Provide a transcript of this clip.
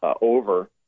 over